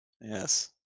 yes